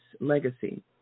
legacy